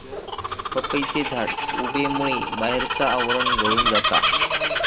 पपईचे झाड उबेमुळे बाहेरचा आवरण गळून जाता